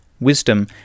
Wisdom